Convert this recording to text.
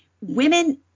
women